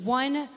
one